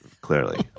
clearly